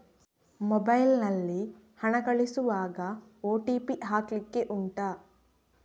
mobile ನಲ್ಲಿ ಹಣ ಕಳಿಸುವಾಗ ಓ.ಟಿ.ಪಿ ಹಾಕ್ಲಿಕ್ಕೆ ಉಂಟಾ